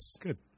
good